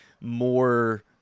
more